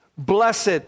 Blessed